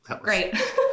great